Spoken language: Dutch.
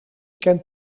kent